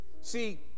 See